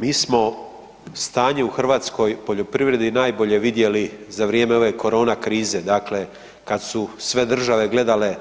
Mi smo stanje u hrvatskoj poljoprivredni najbolje vidjeli za vrijeme ove Korona krize, dakle kad su sve države gledale